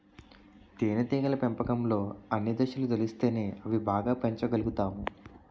తేనేటీగల పెంపకంలో అన్ని దశలు తెలిస్తేనే అవి బాగా పెంచగలుతాము